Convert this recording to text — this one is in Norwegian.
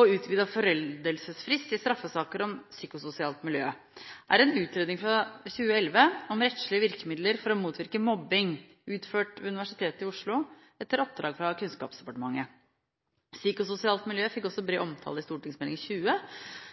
og utvidet foreldelsesfrist i straffesaker om psykososialt miljø – er en utredning fra 2011 om rettslige virkemidler for å motvirke mobbing, utført ved Universitetet i Oslo etter oppdrag fra Kunnskapsdepartementet. Psykososialt miljø fikk også bred omtale i Meld. St. 20